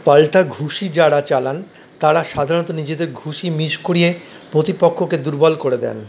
পাল্টা ঘুষি যাঁরা চালান তাঁরা সাধারণত নিজেদের ঘুষি মিস করিয়ে প্রতিপক্ষকে দুর্বল করে দেন